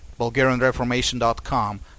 BulgarianReformation.com